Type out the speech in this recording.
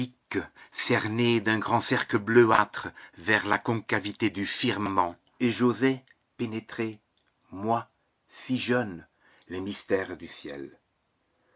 cernés d'un grand cercle bleuâtre vers la concavité du firmament et j'osai pénétrer moi si jeune les mystères du ciel